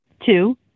Two